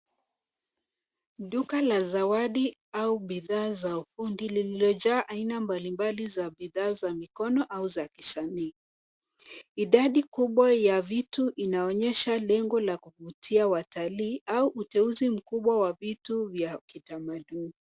Duka la zawadi au bidhaa za udi lililo jaa aina mbali mbali za bidhaa za mikono au za kisanii. Idadi kubwa ya vitu inaonyesha lengo la kuvutia watalii au uteuzi mkubwa wa vitu vya kitamaduni.